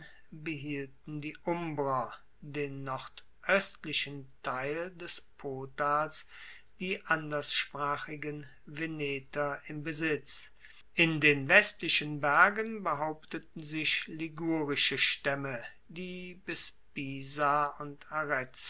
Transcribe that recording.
behielten die umbrer den nordoestlichen teil des potals die anderssprachigen veneter im besitz in den westlichen bergen behaupteten sich ligurisch staemme die bis pisa und